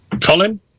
Colin